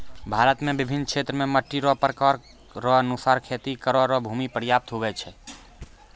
भारत मे बिभिन्न क्षेत्र मे मट्टी रो प्रकार रो अनुसार खेती करै रो भूमी प्रयाप्त हुवै छै